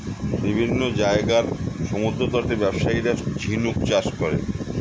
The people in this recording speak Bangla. বিভিন্ন জায়গার সমুদ্রতটে ব্যবসায়ীরা ঝিনুক চাষ করে